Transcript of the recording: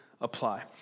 apply